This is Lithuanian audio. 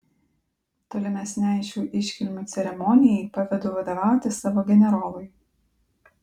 tolimesnei šių iškilmių ceremonijai pavedu vadovauti savo generolui